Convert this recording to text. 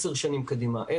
עשר שנים קדימה,